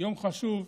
יום חשוב,